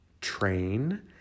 train